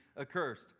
accursed